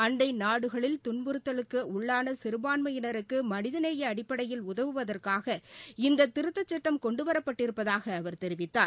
அண்டை நாடுகளில் துன்புறுத்தலுக்கு உள்ளான சிறுபான்மையினருக்கு மனித நேய அடிப்படையில் உதவுவதற்காக இந்த திருத்தச்சட்டம் கொண்டுவரப்பட்டிருப்பதாக அவர் தெரிவித்தார்